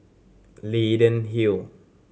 Leyden Hill